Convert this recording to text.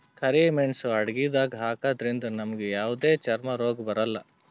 ಕರಿ ಮೇಣ್ಸ್ ಅಡಗಿದಾಗ್ ಹಾಕದ್ರಿಂದ್ ನಮ್ಗ್ ಯಾವದೇ ಚರ್ಮ್ ರೋಗ್ ಬರಲ್ಲಾ